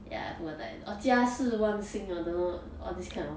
ya I forgot the title oh 家事萬興 or don't know what all these kind of